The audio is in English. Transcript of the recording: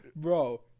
Bro